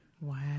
Wow